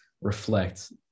reflect